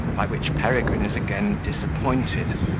by which peregrine is again disappointed,